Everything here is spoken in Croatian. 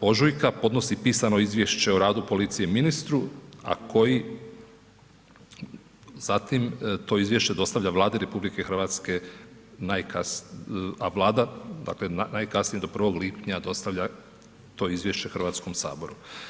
ožujka, podnosi pisano izvješće o radu policije ministru, a koji zatim to izvješće dostavlja Vladi RH najkasnije, a Vlada dakle najkasnije do 1. lipnja dostavlja to izvješće HS-u.